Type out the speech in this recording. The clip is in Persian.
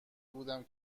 بودم